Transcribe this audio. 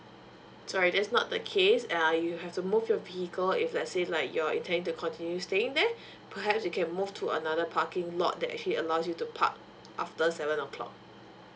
sorry that's not the case err you have to move your vehicle if let's say like you're intending to continue staying there perhaps you can move to another parking lot that actually allows you to park after seven o'clock